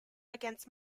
against